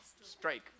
strike